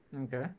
Okay